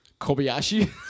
Kobayashi